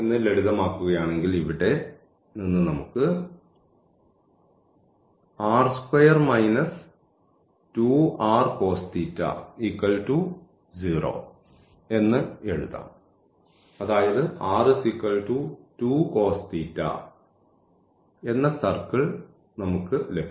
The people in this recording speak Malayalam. ലളിതമാക്കുകയാണെങ്കിൽ ഇവിടെ നിന്ന് നമുക്ക് എന്ന് എഴുതാം അതായത് എന്ന സർക്കിൾ നമുക്ക് ലഭിക്കും